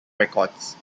records